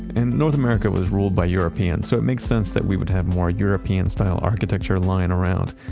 and north america was ruled by europeans so it makes sense that we would have more european style architecture lying around.